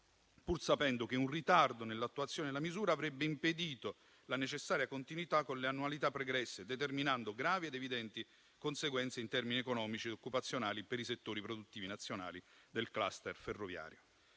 pur sapendo che un ritardo nell'attuazione della misura avrebbe impedito la necessaria continuità con le annualità pregresse, determinando gravi ed evidenti conseguenze, in termini economici e occupazionali, per i settori produttivi nazionali del *cluster* ferroviario.